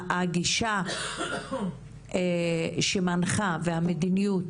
הגישה שמנחה והמדיניות